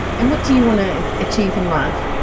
and what do you want to achieve in life?